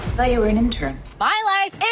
thought you were an intern. my life and